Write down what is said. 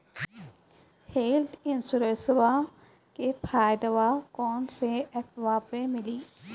Health इंश्योरेंसबा के फायदावा कौन से ऐपवा पे मिली?